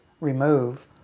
remove